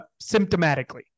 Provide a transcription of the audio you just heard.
symptomatically